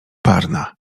parna